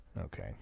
Okay